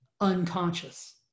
unconscious